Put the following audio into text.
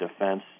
defense